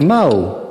אז מה הוא,